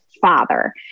father